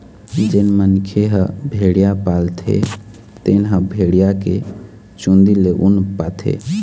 जेन मनखे ह भेड़िया पालथे तेन ह भेड़िया के चूंदी ले ऊन पाथे